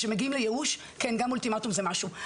כשמגיעים לייאוש גם אולטימטום זה משהו.